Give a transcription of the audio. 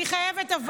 אבל אני חייבת,